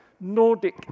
Nordic